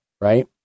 right